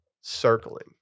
circling